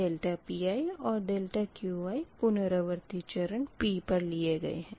terms ∆P ∆Pi और ∆Qi पुनरावर्ती चरण p पर लिए गये है